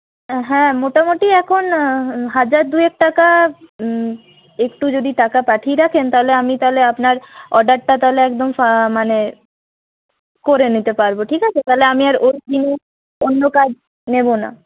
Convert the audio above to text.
হ্যাঁ মোটামুটি এখন হাজার দুয়েক টাকা একটু যদি টাকা পাঠিয়ে রাখেন তাহলে আমি তাহলে আপনার অর্ডারটা তাহলে একদম ফা মানে করে নিতে পারব ঠিক আছে তাহলে আমি আর ওইদিনে অন্য কাজ নেবো না